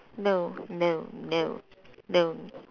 no no no no